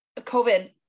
COVID-